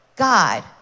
God